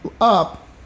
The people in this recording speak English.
up